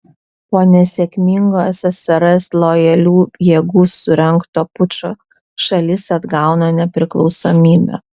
po nesėkmingo ssrs lojalių jėgų surengto pučo šalis atgauna nepriklausomybę